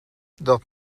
dat